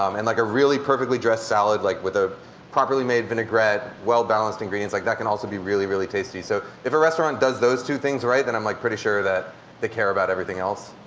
um and like a really perfectly dressed salad like with a properly made vinaigrette, well balanced ingredients, like that can also be really, really tasty. so if a restaurant does those two things right then i'm like pretty sure that they care about everything else.